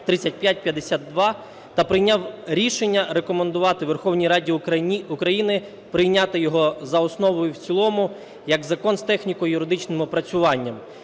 3552) та прийняв рішення рекомендувати Верховній Раді України прийняти його за основу і в цілому як закон з техніко-юридичним опрацюванням.